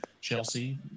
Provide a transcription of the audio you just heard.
Chelsea